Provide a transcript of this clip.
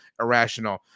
irrational